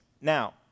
now